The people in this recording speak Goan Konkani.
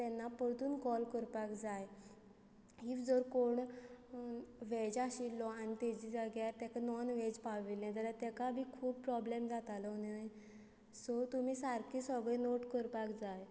तेन्ना परतून कॉल करपाक जाय इफ जर कोण वेज आशिल्लो आनी ताजे जाग्यार ताका नॉन वेज पाविल्लें जाल्यार ताका बी खूब प्रोब्लेम जातालो न्हय सो तुमी सारकी सगळें नोट करपाक जाय